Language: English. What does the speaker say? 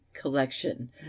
collection